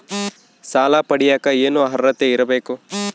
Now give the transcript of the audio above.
ಸಾಲ ಪಡಿಯಕ ಏನು ಅರ್ಹತೆ ಇರಬೇಕು?